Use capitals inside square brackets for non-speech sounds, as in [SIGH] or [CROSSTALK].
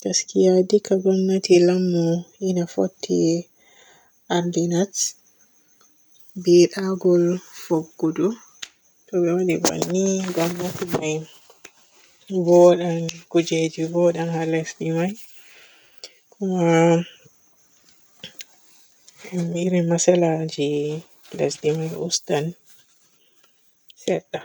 [NOISE] Gaskiya dikka gomnati lammo yino fotti anndinat be daagol fuggoɗo. To be waaɗi banni gomnati may voodan, kujeji voodan haa lesdi may. Kuma [HESITATION] irin masalaji lesdi may ustan sedda.